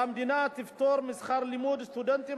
והמדינה תפטור משכר לימוד סטודנטים